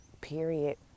period